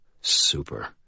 Super